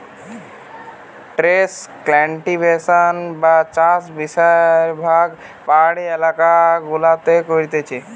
terrace cultivation বা চাষ বেশিরভাগ পাহাড়ি এলাকা গুলাতে করতিছে